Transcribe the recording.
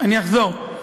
אני אחזור.